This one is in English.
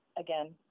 again